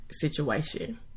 situation